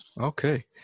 okay